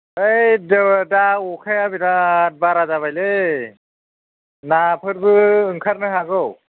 हैद दा अखाया बेराद बारा जाबायलै ना फोरबो ओंखारनो हागौ